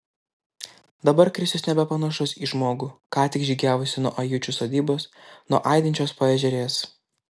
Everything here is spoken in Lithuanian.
dabar krisius nebepanašus į žmogų ką tik žygiavusį nuo ajučių sodybos nuo aidinčios paežerės